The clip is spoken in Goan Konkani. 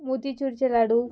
मोतीचुरचे लाडू